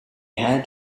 had